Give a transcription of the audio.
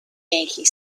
yankee